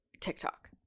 TikTok